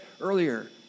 earlier